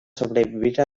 sobrevivir